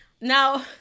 Now